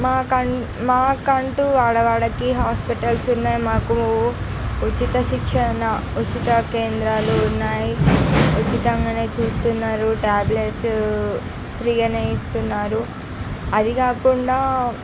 మాకం మాకంటు వాడవాడకి హాస్పిటల్స్ ఉన్నాయి మాకు ఉచిత శిక్షణ ఉచిత కేంద్రాలు ఉన్నాయి ఉచితంగా చూస్తున్నారు టాబ్లెట్స్ ఫ్రీగానే ఇస్తున్నారు అది కాకుండా